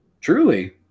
Truly